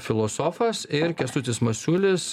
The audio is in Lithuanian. filosofas ir kęstutis masiulis